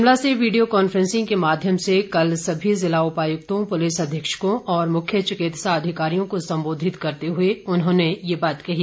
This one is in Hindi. शिमला से वीडियो कांफैसिंग के माध्मय से कल सभी जिला उपायुक्तों पुलिस अधीक्षकों और मुख्य चिकित्सा अधिकारियों को संबोधित करते हुए उन्होंने ये बात कही